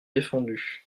défendu